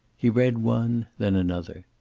he read one, then another.